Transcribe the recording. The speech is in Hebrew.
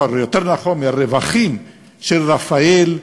או יותר נכון מהרווחים של רפא"ל,